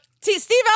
Steve